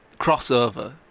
crossover